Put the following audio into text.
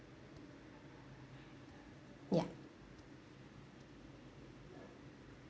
ya